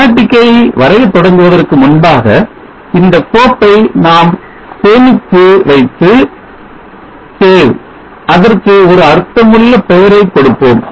schematic ஐ வரைய தொடங்குவதற்கு முன்பாக இந்த கோப்பை நாம் சேமித்து வைத்து அதற்கு ஒரு அர்த்தமுள்ள பெயரை கொடுப்போம்